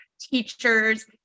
teachers